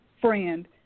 friend